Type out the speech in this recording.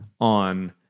on